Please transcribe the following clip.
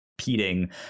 Repeating